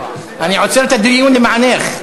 אני עוצר את הדיון למענך,